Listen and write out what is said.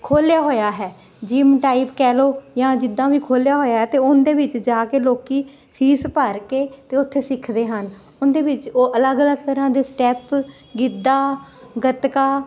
ਖੋਲ੍ਹਿਆ ਹੋਇਆ ਹੈ ਜਿਮ ਟਾਈਪ ਕਹਿ ਲਉ ਜਾਂ ਜਿੱਦਾਂ ਵੀ ਖੋਲ੍ਹਿਆ ਹੋਇਆ ਹੈ ਅਤੇ ਉਹਦੇ ਵਿੱਚ ਜਾ ਕੇ ਲੋਕ ਫੀਸ ਭਰ ਕੇ ਅਤੇ ਉੱਥੇ ਸਿੱਖਦੇ ਹਨ ਉਹਦੇ ਵਿੱਚ ਉਹ ਅਲੱਗ ਅਲੱਗ ਤਰ੍ਹਾਂ ਦੇ ਸਟੈਪ ਗਿੱਧਾ ਗੱਤਕਾ